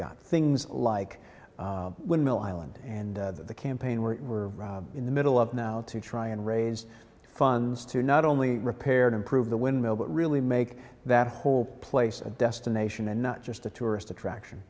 got things like windmill island and the campaign we're in the middle of now to try and raise funds to not only repaired improve the windmill but really make that whole place a destination and not just a tourist attraction